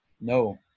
No